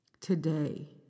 Today